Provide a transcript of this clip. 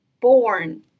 born